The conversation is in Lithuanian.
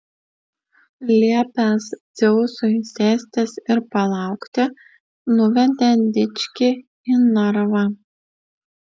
liepęs dzeusui sėstis ir palaukti nuvedė dičkį į narvą